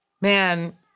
Man